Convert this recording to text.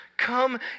Come